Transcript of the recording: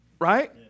Right